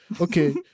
okay